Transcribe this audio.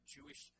Jewish